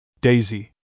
Daisy